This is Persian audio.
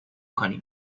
کنیم